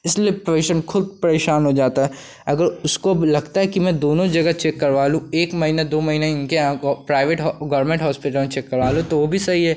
इसलिए पेशेंट ख़ुद परेशान हो जाता है अगर उसको लगता है कि मैं दोनों जगह चेक करवा लूँ एक महिना दो महिना इनके यहाँ गो प्राइवेट हो गोरमेंट होस्पिटल में चेक करवा लूँ तो वह भी सही है